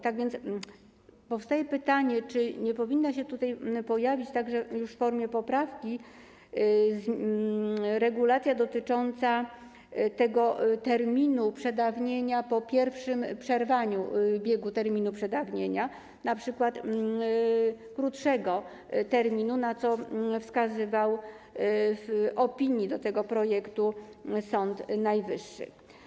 Tak więc powstaje pytanie: Czy nie powinna się tutaj pojawić w formie poprawki regulacja dotycząca terminu przedawnienia po pierwszym przerwaniu biegu terminu przedawnienia, np. krótszego terminu, na co wskazywał w opinii do tego projektu Sąd Najwyższy.